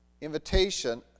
invitation